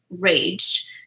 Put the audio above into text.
rage